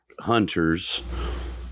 hunters